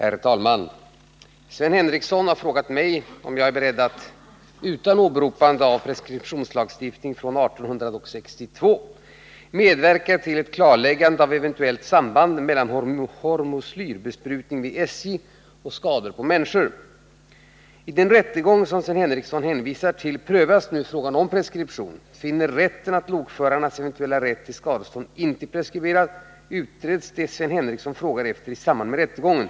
Herr talman! Sven Henricsson har frågat mig om jag är beredd att — utan åberopande av preskriptionslagstiftning från 1862 — medverka till ett klarläggande av eventuellt samband mellan hormoslyrbesprutning vid SJ och skador på människor. I den rättegång som Sven Henricsson hänvisar till prövas nu frågan om preskription. Finner rätten att lokförarnas eventuella rätt till skadestånd inte är preskriberad, utreds det Sven Henricsson frågar efter i samband med rättegången.